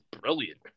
brilliant